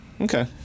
Okay